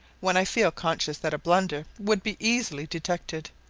when i feel conscious that a blunder would be easily detected,